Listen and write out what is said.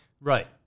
Right